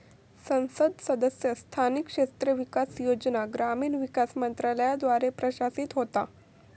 संसद सदस्य स्थानिक क्षेत्र विकास योजना ग्रामीण विकास मंत्रालयाद्वारा प्रशासित होता